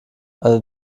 eine